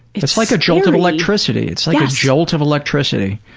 it's like a jolt of electricity. it's like a jolt of electricity.